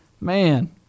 man